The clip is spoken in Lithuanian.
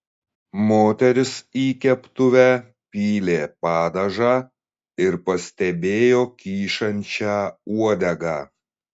moteris į keptuvę pylė padažą ir pastebėjo kyšančią uodegą